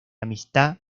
amistad